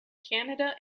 canada